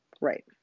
right